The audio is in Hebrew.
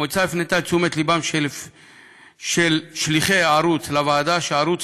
המועצה הפנתה את תשומת לבם של שליחי הערוץ לוועדה שהערוץ